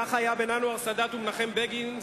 כך היה בין אנואר סאדאת למנחם בגין,